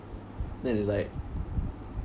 that is like